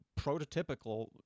prototypical